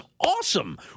awesome